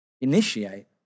initiate